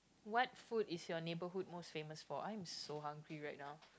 what food is your neighborhood most famous for I am so hungry right now